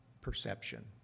perception